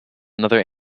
another